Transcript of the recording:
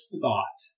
thought